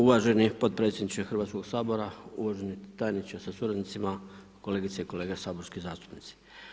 Uvaženi potpredsjedniče Hrvatskoga sabora, uvaženi tajniče sa suradnicima, kolegice i kolege saborski zastupnici.